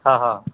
હાં હાં